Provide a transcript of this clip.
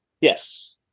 Yes